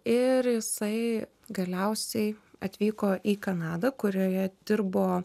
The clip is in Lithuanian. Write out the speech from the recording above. ir jisai galiausiai atvyko į kanadą kurioje dirbo